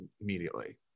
immediately